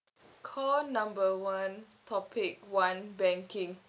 call number one topic one banking